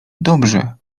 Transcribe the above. dobrze